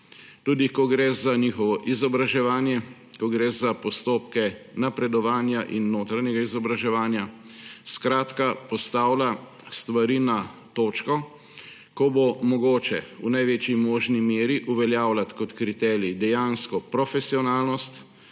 tudi ko gre za njihovo izobraževanje, ko gre za postopke napredovanja in notranjega izobraževanja, skratka, postavlja stvari na točko, ko bo mogoče v največji možni meri uveljavljati kot kriterij dejansko profesionalnost